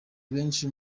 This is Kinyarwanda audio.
benshi